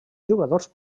jugadors